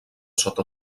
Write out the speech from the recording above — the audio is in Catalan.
sota